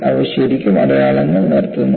അവ ശരിക്കും അടയാളങ്ങൾ നിർത്തുന്നു